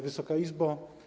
Wysoka Izbo!